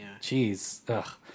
Jeez